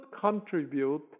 contribute